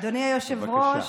אדוני היושב-ראש,